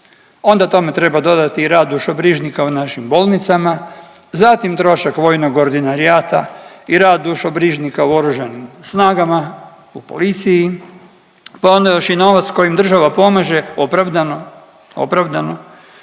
Onda tome treba dodati i rad dušobrižnika u našim bolnicama, zatim trošak vojnog Ordinarijata i rad dušobrižnika u Oružanim snagama u policiji, pa ona još i novac kojim država pomaže opravdano, opravdano,